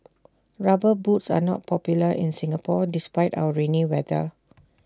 rubber boots are not popular in Singapore despite our rainy weather